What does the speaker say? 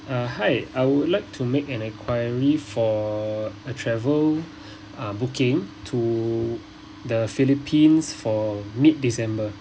uh hi I would like to make an enquiry for a travel uh booking to the philippines for mid december